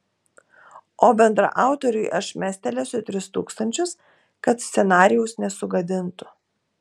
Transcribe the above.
o bendraautoriui aš mestelėsiu tris tūkstančius kad scenarijaus nesugadintų